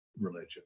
religion